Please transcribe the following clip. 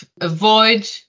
avoid